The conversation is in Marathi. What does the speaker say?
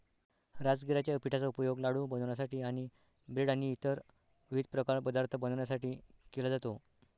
राजगिराच्या पिठाचा उपयोग लाडू बनवण्यासाठी आणि ब्रेड आणि इतर विविध पदार्थ बनवण्यासाठी केला जातो